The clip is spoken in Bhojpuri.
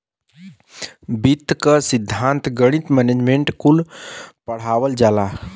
वित्त क सिद्धान्त, गणित, मैनेजमेंट कुल पढ़ावल जाला